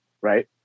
right